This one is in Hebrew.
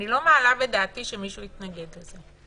אני לא מעלה בדעתי שמישהו יתנגד לזה.